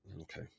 Okay